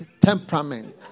temperament